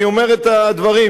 אני אומר את הדברים.